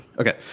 Okay